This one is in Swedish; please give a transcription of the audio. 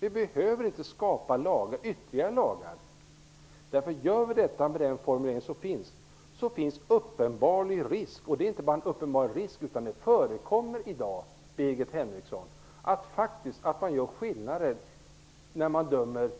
Vi behöver inte skapa ytterligare lagar. Det finns inte bara en uppenbar risk, utan det förekommer faktiskt i dag att man gör skillnader när man dömer